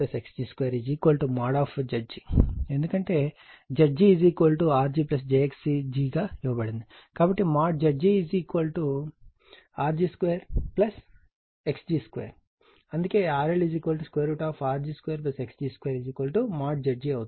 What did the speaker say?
ఎందుకంటే Zg Rg jxg గా ఇవ్వబడింది కాబట్టి ZgRg2Xg2 అందుకే RLRg2xg2 Zgఅవుతుంది